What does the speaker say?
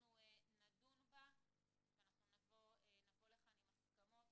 אנחנו נדון בה ואנחנו נבוא לכאן עם הסכמות,